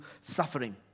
suffering